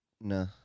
No